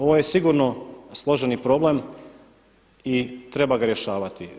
Ovo je sigurno složeni problem i treba ga rješavati.